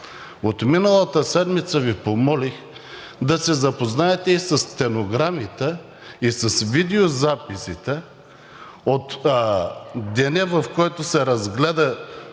От миналата седмица Ви помолих да се запознаете и със стенограмите, и с видеозаписите от деня, в който се разгледа